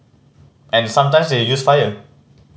and sometimes they use fire